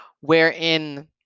wherein